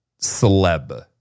celeb